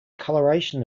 colouration